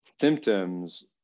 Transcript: symptoms